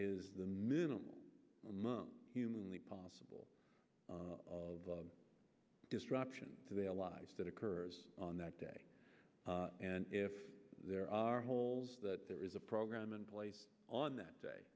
is the minimum humanly possible of disruption to their lives that occurs on that day and if there are holes that there is a program in place on that day